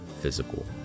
physical